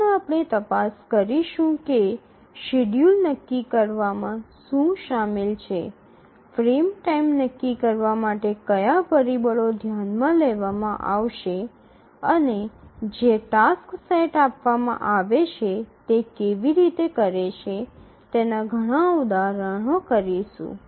આગળ આપણે તપાસ કરીશું કે શેડ્યૂલ નક્કી કરવામાં શું સામેલ છે ફ્રેમ ટાઇમ નક્કી કરવા માટે કયા પરિબળો ધ્યાનમાં લેવામાં આવશે અને જે ટાસ્ક સેટ આપવામાં આવે છે તે કેવી રીતે કરે છે તેના ઘણા ઉદાહરણો કરીશું